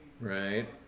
right